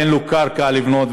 אין לו קרקע לבנות,